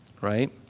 Right